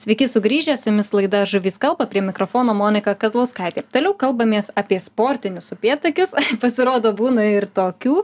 sveiki sugrįžę su jumis laida žuvys kalba prie mikrofono monika kazlauskaitė toliau kalbamės apie sportinius upėtakius pasirodo būna ir tokių